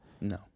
No